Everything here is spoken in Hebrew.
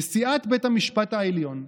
נשיאת בית המשפט העליון,